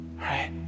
Right